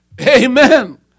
Amen